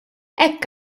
hekk